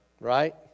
Right